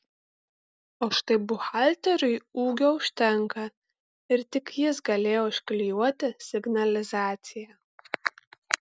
o štai buhalteriui ūgio užtenka ir tik jis galėjo užklijuoti signalizaciją